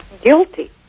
guilty